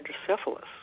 hydrocephalus